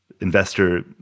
investor